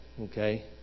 okay